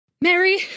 Mary